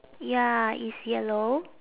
ya it's yellow